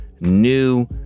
new